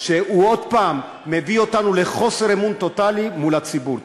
שהוא עוד פעם מביא אותנו לחוסר אמון טוטלי של הציבור.